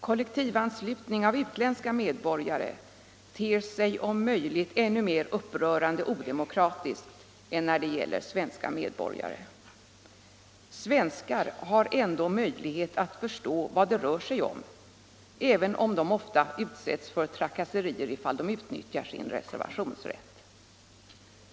Kollektivanslutning av utländska medborgare ter sig om möjligt ännu mer upprörande odemokratiskt än när det gäller svenska medborgare. Svenskar har ändå möjlighet att förstå vad det rör sig om, även om de ofta utsätts för trakasserier ifall de utnyttjar sin reservationsrätt.